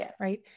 right